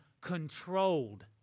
controlled